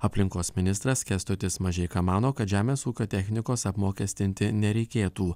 aplinkos ministras kęstutis mažeika mano kad žemės ūkio technikos apmokestinti nereikėtų